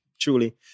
Truly